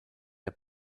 der